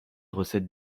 recette